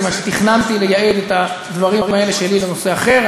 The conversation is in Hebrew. כיוון שתכננתי לייעד את הדברים האלה שלי לנושא אחר.